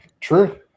True